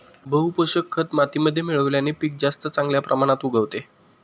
बहू पोषक खत मातीमध्ये मिळवल्याने पीक जास्त चांगल्या प्रमाणात उगवते